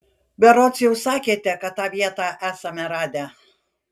berods jau sakėte kad tą vietą esame radę